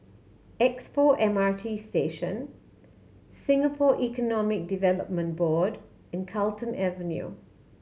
Expo M R T Station Singapore Economic Development Board and Carlton Avenue